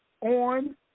on